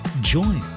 join